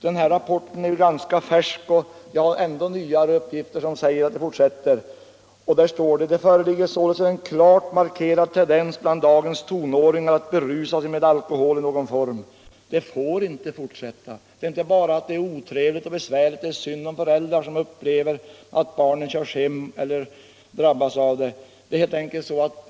Den här rapporten är ganska färsk, och det finns ännu nyare uppgifter som säger att det föreligger en klart markerad tendens bland dagens tonåringar att berusa sig med alkohol i någon form. Det får inte fortsätta. Det är inte bara otrevligt och besvärligt och synd om de föräldrar som upplever att barnen drabbas av detta.